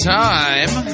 time